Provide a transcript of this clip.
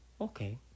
okay